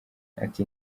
ati